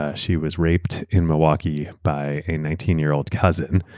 ah she was raped in milwaukee by a nineteen year old cousin.